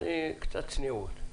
קצת צניעות.